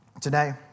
Today